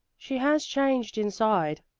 she has changed inside,